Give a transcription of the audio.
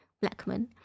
Blackman